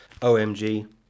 omg